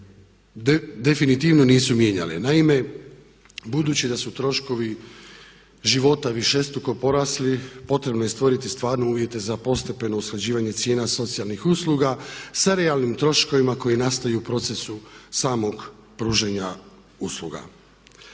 cijene definitivno nisu mijenjale. Naime, budući da su troškovi života višestruko porasli potrebno je stvoriti stvarne uvjete za postepeno usklađivanje cijena socijalnih usluga sa realnim troškovima koji nastaju u procesu samog pružanja usluga.